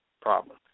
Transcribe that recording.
problem